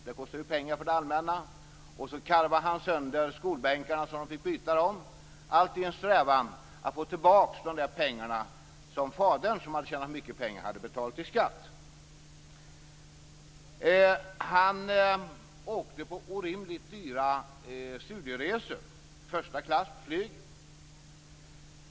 Det kostade ju pengar för det allmänna. Dessutom karvade han sönder skolbänkarna så att de fick byta dem. Allt detta i en strävan att få tillbaka de pengar som fadern, som hade tjänat mycket pengar, hade betalt i skatt. Han åkte på orimligt dyra studieresor med första klass flyg.